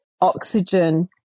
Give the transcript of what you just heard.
oxygen